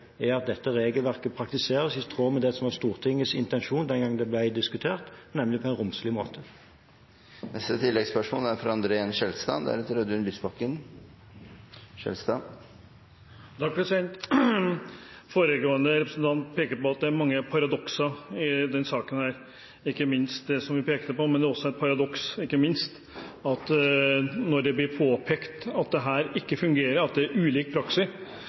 er at dette regelverket praktiseres i tråd med det som var Stortingets intensjon den gangen det ble diskutert, nemlig på en romslig måte. André N. Skjelstad – til oppfølgingsspørsmål. Foregående representant peker på at det er mange paradokser i denne saken, ikke minst det vi pekte på, men det er også et paradoks når det blir påpekt at dette ikke fungerer, og at det er ulik praksis.